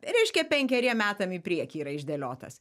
reiškia penkeriem metam į priekį yra išdėliotas